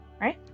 Right